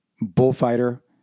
bullfighter